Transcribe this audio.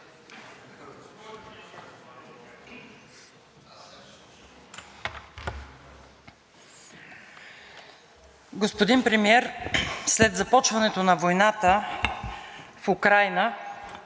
Господин Премиер, след започването на войната в Украйна